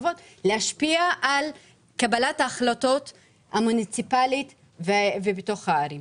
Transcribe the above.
להשפיע על קבלת ההחלטות המוניציפלית בתוך הערים.